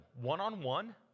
one-on-one